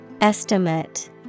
Estimate